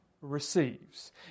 receives